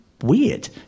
Weird